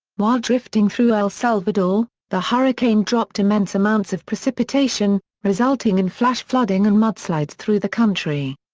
while drifting through el salvador, the hurricane dropped immense amounts of precipitation, resulting in flash flooding and mudslides through the country.